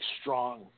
strong